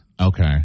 Okay